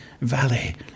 Valley